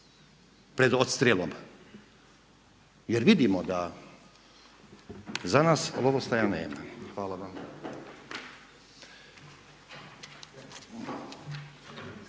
odstrjelom. Jer vidimo da za nas lovostaja nema. Hvala vam.